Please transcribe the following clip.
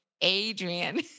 Adrian